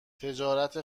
تجارت